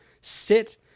Sit